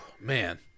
man